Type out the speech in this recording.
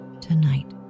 tonight